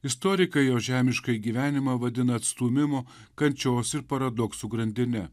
istoriką jo žemiškąjį gyvenimą vadina atstūmimo kančios ir paradoksų grandinė